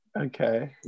Okay